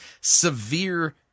severe